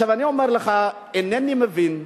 עכשיו, אני אומר לך, אינני מבין,